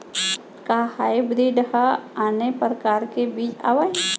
का हाइब्रिड हा आने परकार के बीज आवय?